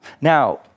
Now